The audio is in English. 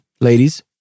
ladies